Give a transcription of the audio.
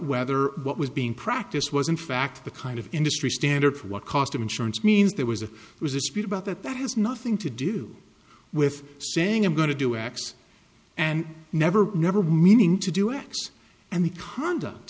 whether what was being practiced was in fact the kind of industry standard for what cost of insurance means there was a it was a speech about that that has nothing to do with saying i'm going to do x and never never meaning to do x and the conduct